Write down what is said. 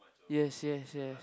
yes yes yes